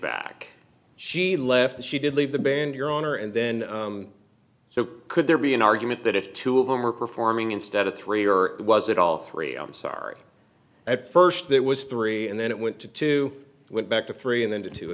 back she left she did leave the band your honor and then so could there be an argument that if two of them were performing instead of three or was it all three i'm sorry at first that was three and then it went to two went back to three and then to